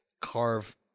carve